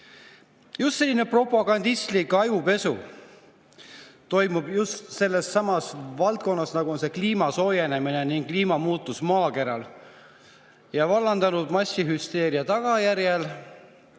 Just selline propagandistlik ajupesu toimub just sellessamas valdkonnas, nagu on kliima soojenemine ja kliimamuutus maakeral. Vallandunud massihüsteeria tagajärjel